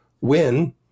win